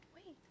Wait